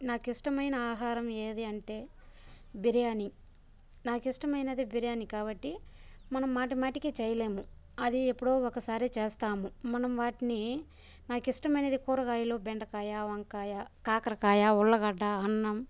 నాకిష్టమైన ఆహారం ఏది అంటే బిర్యాని నాకు ఇష్టమైనది బిర్యాని కాబట్టి మనం మాటిమాటికీ చేయలేము అది ఎప్పుడో ఒకసారి చేస్తాము మనం వాటిని నాకిష్టమైనది కూరగాయలు బెండకాయ వంకాయ కాకరకాయ ఉల్లగడ్డ అన్నం